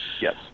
Yes